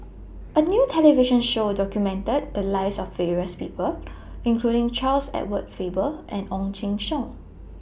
A New television Show documented The Lives of various People including Charles Edward Faber and Ong Jin Teong